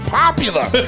popular